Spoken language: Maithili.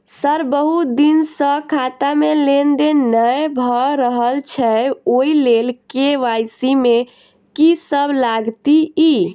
सर बहुत दिन सऽ खाता मे लेनदेन नै भऽ रहल छैय ओई लेल के.वाई.सी मे की सब लागति ई?